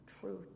truth